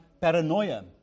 paranoia